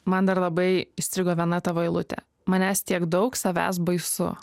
man dar labai įstrigo viena tavo eilutė manęs tiek daug savęs baisu